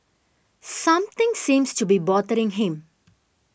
something seems to be bothering him